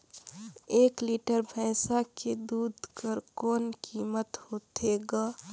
एक लीटर भैंसा के दूध कर कौन कीमत होथे ग?